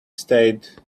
stayed